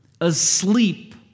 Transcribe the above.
asleep